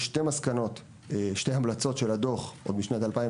יש שתי המלצות של הדוח משנת 2009,